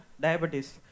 diabetes